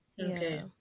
okay